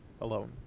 alone